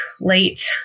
late